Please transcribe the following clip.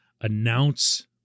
announce